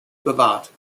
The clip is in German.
bewahrt